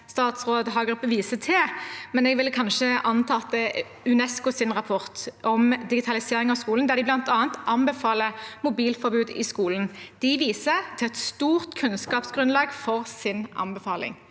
Hagerup viser til, men jeg vil kanskje anta at det er UNESCOs rapport om digitalisering av skolen, der de bl.a. anbefaler mobilforbud i skolen. De viser til et stort kunnskapsgrunnlag for sin anbefaling.